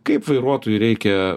kaip vairuotojui reikia